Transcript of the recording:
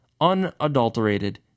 unadulterated